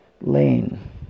lane